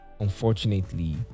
unfortunately